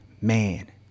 man